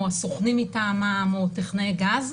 הסוכנים מטעמם או טכנאי גז,